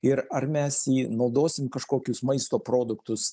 ir ar mes jį naudosim kažkokius maisto produktus